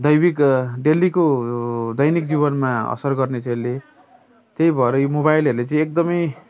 दैनिक डेलीको यो दैनिक जीवनमा असर गर्ने थियो यसले त्यही भएर यो मोबाइलहरूले चाहिँ एकदम